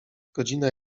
godzina